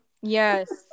Yes